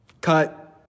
Cut